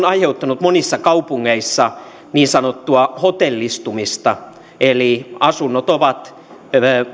aiheuttanut monissa kaupungeissa niin sanottua hotellistumista eli asunnot ovat